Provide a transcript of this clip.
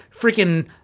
freaking